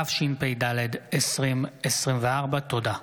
התשפ"ד 2024. תודה.